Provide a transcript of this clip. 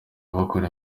bakora